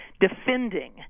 defending